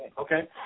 Okay